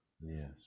Yes